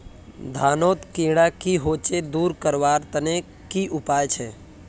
धानोत कीड़ा की होचे दूर करवार तने की उपाय छे?